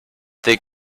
they